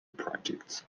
project